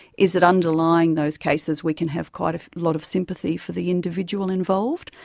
is that underlying those cases we can have quite a lot of sympathy for the individual involved.